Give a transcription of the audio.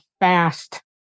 fast